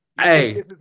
Hey